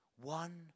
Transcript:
One